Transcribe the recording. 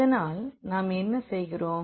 அதனால் நாம் என்ன செய்கிறோம்